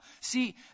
See